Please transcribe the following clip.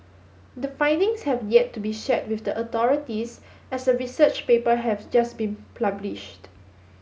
the findings have yet to be shared with the authorities as the research paper has just pulbished